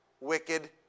wicked